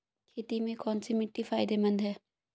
खेती में कौनसी मिट्टी फायदेमंद है?